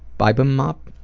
bibimbop.